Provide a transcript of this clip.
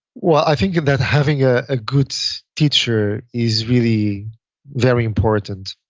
well, i think of that having a ah good so teacher is really very important.